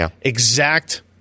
exact